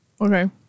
Okay